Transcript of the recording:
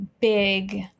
big